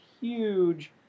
huge